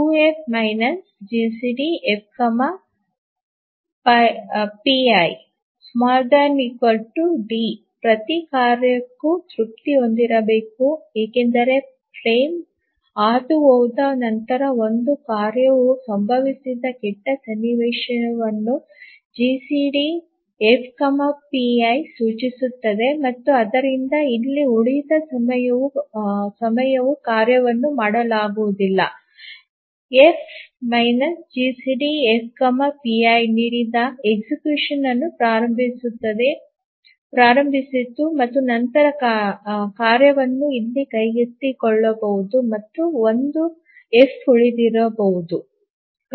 2F GCD F pi F GCDF pi≤ D ಪ್ರತಿ ಕಾರ್ಯಕ್ಕೂ ತೃಪ್ತಿ ಹೊಂದಿರಬೇಕು ಏಕೆಂದರೆ ಫ್ರೇಮ್ ಹಾದುಹೋದ ನಂತರ ಒಂದು ಕಾರ್ಯವು ಸಂಭವಿಸುವ ಕೆಟ್ಟ ಸನ್ನಿವೇಶವನ್ನು ಜಿಸಿಡಿ ಎಫ್ ಪೈ GCDF piಸೂಚಿಸುತ್ತದೆ ಮತ್ತು ಆದ್ದರಿಂದ ಇಲ್ಲಿ ಉಳಿದ ಸಮಯವು ಕಾರ್ಯವನ್ನು ಮಾಡಲಾಗುವುದಿಲ್ಲ F GCD F pi F GCDF pi ನೀಡಿದ ಮರಣದಂಡನೆಯನ್ನು ಪ್ರಾರಂಭಿಸಿತು ಮತ್ತು ನಂತರ ಕಾರ್ಯವನ್ನು ಇಲ್ಲಿ ಕೈಗೆತ್ತಿಕೊಳ್ಳಬಹುದು ಮತ್ತು 1 ಎಫ್ ಉಳಿದಿರಬಹುದು